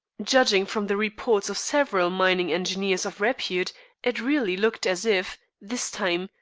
judging from the reports of several mining engineers of repute it really looked as if, this time,